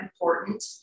important